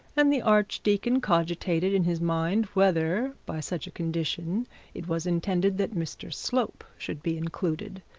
and the archdeacon cogitated in his mind, whether by such a condition it was intended that mr slope should be included,